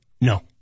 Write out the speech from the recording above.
No